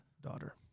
daughter